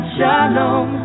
Shalom